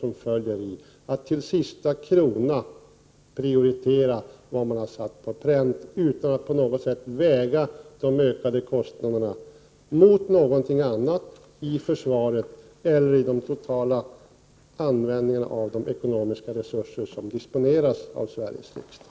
Man vill alltså till sista kronan prioritera det som man har satt på pränt utan att väga de härigenom ökade kostnaderna mot något annat på försvarsområdet eller mot användningen av de ekonomiska resurserna i övrigt som disponeras av Sveriges riksdag.